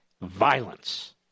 violence